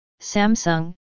Samsung